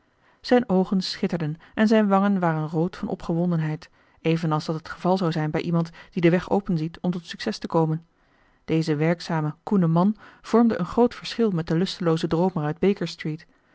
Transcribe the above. zijn oogen schitterden en zijn wangen waren rood van opgewondenheid evenals dat het geval zou zijn bij iemand die den weg open ziet om tot succes te komen deze werkzame koene man vormde een groot verschil met den lusteloozen droomer uit baker street